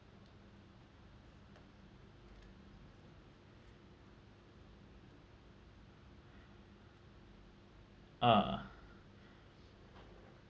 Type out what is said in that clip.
ah